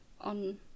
on